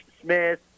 Smith